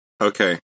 Okay